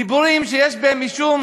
דיבורים שיש בהם משום